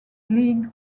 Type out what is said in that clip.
league